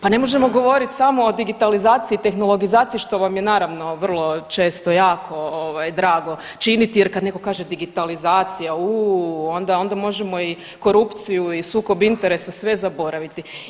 Pa ne možemo govoriti samo o digitalizaciji, tehnologizaciji što vam je naravno vrlo često jako drago činiti jer kada netko kaže digitalizacija, uuuu onda možemo i korupciju i sukob interesa sve zaboraviti.